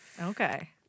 Okay